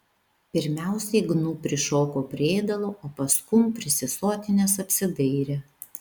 pirmiausiai gnu prišoko prie ėdalo o paskum prisisotinęs apsidairė